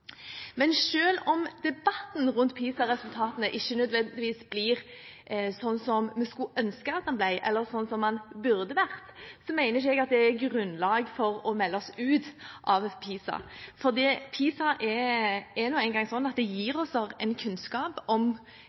Men selv om debatten rundt PISA-resultatene ikke nødvendigvis blir slik vi skulle ønske at den ble, eller slik den burde vært, mener ikke jeg at det gir grunnlag for å melde oss ut av PISA. Det er nå engang slik at PISA gir oss kunnskap om